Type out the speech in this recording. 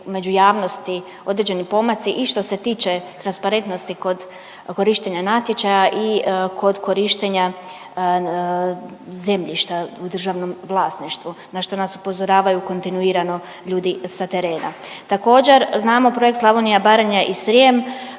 među javnosti određeni pomaci i što se tiče transparentnosti kod korištenja natječaja i kod korištenja zemljišta u državnom vlasništvu na što nas upozoravaju kontinuirano ljudi sa terena. Također znamo Projekt Slavonija, Baranja i Srijem